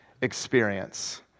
experience